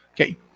Okay